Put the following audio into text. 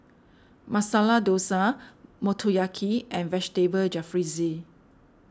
Masala Dosa Motoyaki and Vegetable Jalfrezi